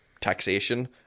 Taxation